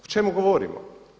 O čemu govorimo?